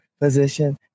position